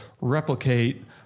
replicate